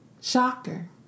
Shocker